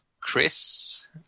Chris